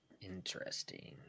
Interesting